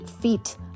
Feet